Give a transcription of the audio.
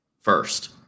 first